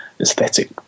aesthetic